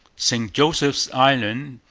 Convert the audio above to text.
st joseph's island,